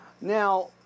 Now